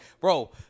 bro